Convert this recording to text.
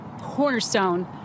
cornerstone